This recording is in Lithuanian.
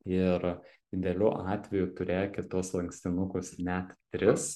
ir idealiu atveju turėkit tuos lankstinukus net tris